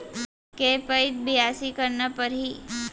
के पइत बियासी करना परहि?